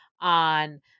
on